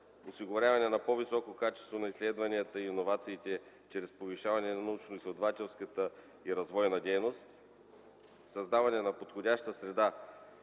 осигуряване на по-високо качество на изследванията и иновациите чрез повишаване на научноизследователската и развойна дейност; създаване на подходяща среда